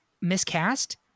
miscast